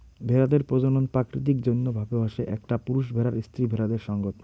ভেড়াদের প্রজনন প্রাকৃতিক জইন্য ভাবে হসে একটা পুরুষ ভেড়ার স্ত্রী ভেড়াদের সঙ্গত